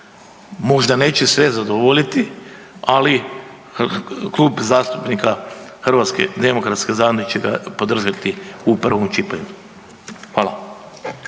možda neće sve zadovoljiti, ali Klub zastupnika HDZ-a će ga podržati u prvom čitanju. Hvala.